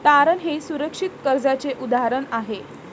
तारण हे सुरक्षित कर्जाचे उदाहरण आहे